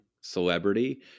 celebrity